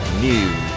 News